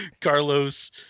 Carlos